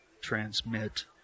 transmit